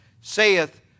saith